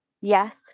yes